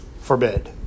forbid